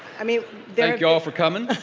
i mean thank you ah for coming.